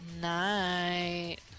Night